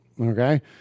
okay